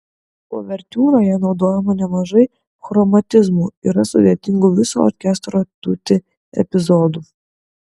uvertiūroje naudojama nemažai chromatizmų yra sudėtingų viso orkestro tutti epizodų